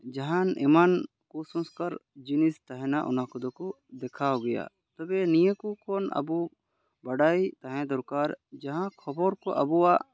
ᱡᱟᱦᱟᱱ ᱮᱢᱟᱱ ᱠᱩᱥᱝᱥᱠᱟᱨ ᱡᱤᱱᱤᱥ ᱛᱟᱦᱮᱱᱟ ᱚᱱᱟ ᱠᱚᱫᱚ ᱠᱚ ᱫᱮᱠᱷᱟᱣ ᱜᱮᱭᱟ ᱛᱚᱵᱮ ᱱᱤᱭᱟᱹ ᱠᱚ ᱠᱷᱚᱱ ᱟᱵᱚ ᱵᱟᱰᱟᱭ ᱛᱟᱦᱮᱸ ᱫᱚᱨᱠᱟᱨ ᱡᱟᱦᱟᱸ ᱠᱷᱚᱵᱚᱨ ᱠᱚ ᱟᱵᱚᱣᱟᱜ